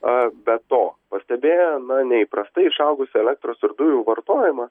be to pastebėję neįprastai išaugusį elektros ir dujų vartojimą